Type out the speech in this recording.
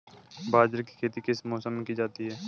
बाजरे की खेती किस मौसम में की जाती है?